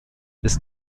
ist